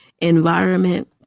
environment